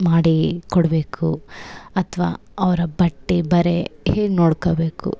ಮಾಡಿ ಕೊಡಬೇಕು ಅಥ್ವ ಅವರ ಬಟ್ಟೆ ಬರೆ ಹೇಗೆ ನೋಡ್ಕೊಬೇಕು